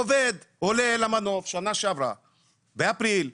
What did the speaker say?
עובד עולה אל המנוף, שנה שעברה, באפריל,